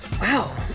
Wow